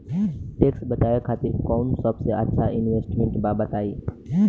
Tax बचावे खातिर कऊन सबसे अच्छा इन्वेस्टमेंट बा बताई?